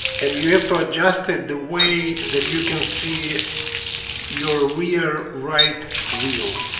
and you have to adjust it the way that you can see your rear right wheel